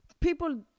people